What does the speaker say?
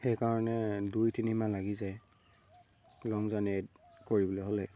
সেইকাৰণে দুই তিনিমাহ লাগি যায় লং জাৰ্ণি কৰিবলৈ হ'লে